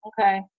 okay